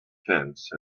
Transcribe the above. fence